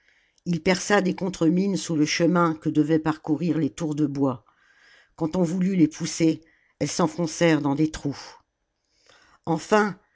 ii perça des contremines sous le chemin que devaient parcourir les tours de bois quand on voulut les pousser elles s'enfoncèrent dans des trous enfin